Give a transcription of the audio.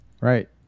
right